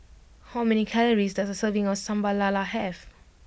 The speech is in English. how many calories does a serving of Sambal Lala have